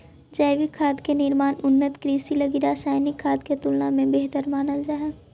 जैविक खाद के निर्माण उन्नत कृषि लगी रासायनिक खाद के तुलना में बेहतर मानल जा हइ